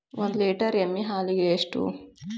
ಒಂದು ಲೇಟರ್ ಎಮ್ಮಿ ಹಾಲಿಗೆ ಎಷ್ಟು?